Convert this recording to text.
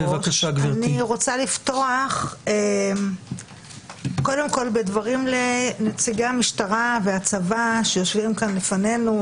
אני רוצה לפתוח קודם כל בדברים לנציגי המשטרה והצבא שיושבים כאן לפנינו,